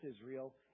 Israel